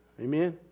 Amen